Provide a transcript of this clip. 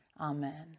Amen